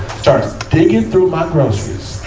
starts digging through my groceries,